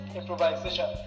improvisation